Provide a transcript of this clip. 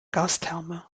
gastherme